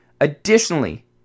Additionally